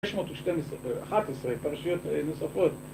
611 פרשיות נוספות